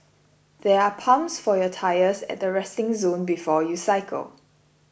there are pumps for your tyres at the resting zone before you cycle